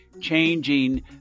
changing